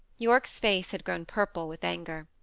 yorke's face had grown purple with anger.